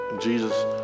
Jesus